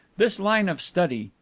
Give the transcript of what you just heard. this line of study,